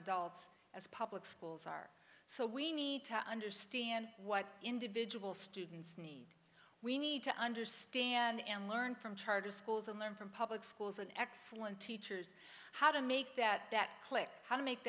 adults public schools are so we need to understand what individual students need we need to understand and learn from charter schools and learn from public schools an excellent teachers how to make that that click how to make